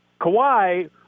Kawhi